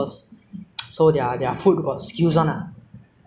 but the older generation 的 hawker stalls was better